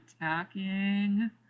attacking